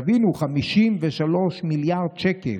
תבינו, 53 מיליארד שקל,